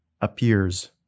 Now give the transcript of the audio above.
appears